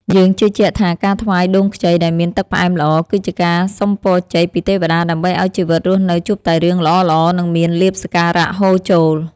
យើងជឿជាក់ថាការថ្វាយដូងខ្ចីដែលមានទឹកផ្អែមល្អ គឺជាការសុំពរជ័យពីទេវតាដើម្បីឱ្យជីវិតរស់នៅជួបតែរឿងល្អៗ និងមានលាភសក្ការៈហូរចូល។